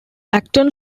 acton